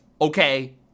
Okay